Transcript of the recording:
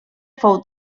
fou